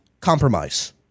compromise